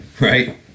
right